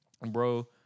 bro